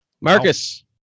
Marcus